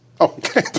okay